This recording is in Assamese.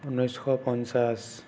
ঊনৈছশ পঞ্চাছ